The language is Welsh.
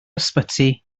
ysbyty